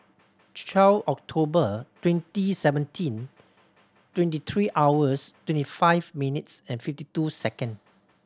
twelve October twenty seventeen twenty three hours thirty five minutes and fifty two second